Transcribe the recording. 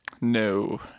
No